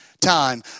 time